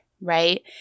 right